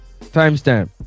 Timestamp